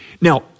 Now